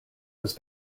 was